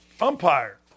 Umpire